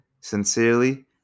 Sincerely